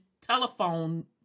Telephone